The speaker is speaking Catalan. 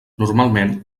normalment